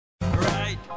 Right